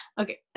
Okay